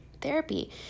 therapy